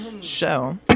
show